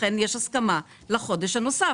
ולכן יש הסכמה לחודש הנוסף,